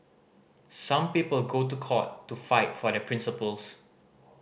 some people go to court to fight for their principles